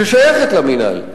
ששייכת למינהל,